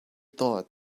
thought